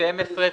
סעיף 11 אושר.